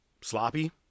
sloppy